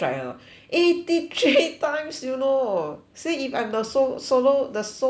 eighty three times you know see if I'm the sole solo the sole winner